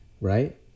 right